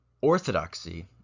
Orthodoxy